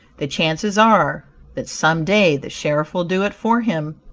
the chances are that some day the sheriff will do it for him.